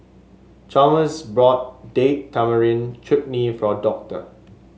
Chalmers bought Date Tamarind Chutney for Doctor